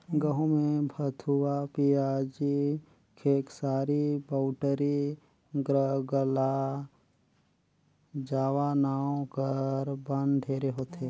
गहूँ में भथुवा, पियाजी, खेकसारी, बउटरी, ज्रगला जावा नांव कर बन ढेरे होथे